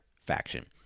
faction